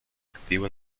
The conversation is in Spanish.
activo